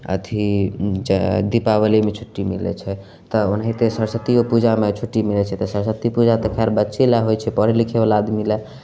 अथि जे हइ दिपावलीमे छुट्टी मिलै छै तऽ ओनाहिते सरस्वतिओ पूजामे छुट्टी मिलै छै तऽ सरस्वती पूजा तऽ खैर बच्चे लए होइ छै पढ़य लिखयवला आदमी लए